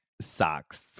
socks